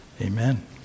amen